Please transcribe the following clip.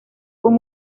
con